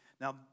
Now